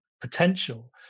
potential